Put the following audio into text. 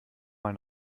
mal